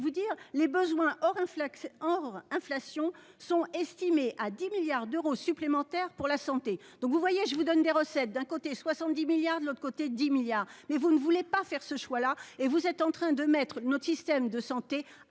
dire les besoins au réflexe hors inflation sont estimés à 10 milliards d'euros supplémentaires pour la santé. Donc vous voyez je vous donne des recettes d'un côté 70 milliards de l'autre côté 10 milliards mais vous ne voulez pas faire ce choix là et vous êtes en train de mettre notre système de santé à